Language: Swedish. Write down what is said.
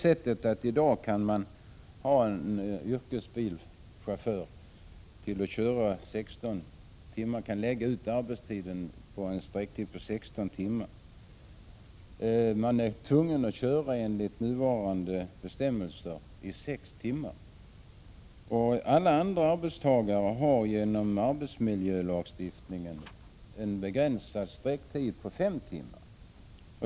I dag kan en yrkeschaufförs arbetstid förläggas under sexton timmar. Han är enligt nuvarande bestämmelser tvungen att köra i sex timmar i sträck. Alla andra arbetstagare har genom arbetsmiljölagstiftningen en begränsad sträcktid på fem timmar.